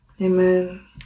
Amen